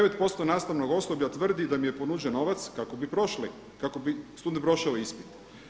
9% nastavnog osoblja tvrdi da im je ponuđen novac kako bi prošli, kako bi student prošao ispit.